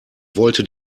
wollte